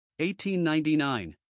1899